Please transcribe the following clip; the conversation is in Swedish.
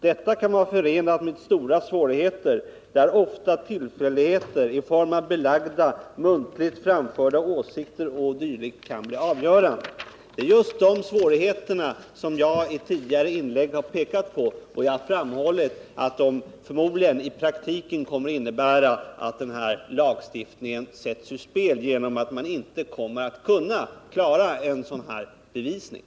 Detta kan vara förenat med stora svårigheter, där ofta tillfälligheter i form av belagda, muntligt framförda åsikter o. d. kan bli avgörande.” Det är just de svårigheterna som jag i tidigare inlägg har pekat på, och jag har framhållit att de förmodligen i praktiken kommer att innebära att den här lagstiftningen sätts ur spel genom att man inte kommer att kunna klara en sådan bevisning.